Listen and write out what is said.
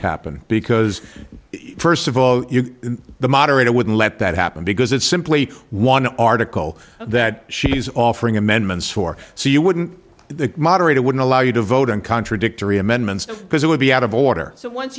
happen because first of all you're in the moderator wouldn't let that happen because it's simply one article that she's offering amendments or so you wouldn't the moderator would allow you to vote on contradictory amendments of because it would be out of order so once